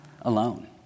alone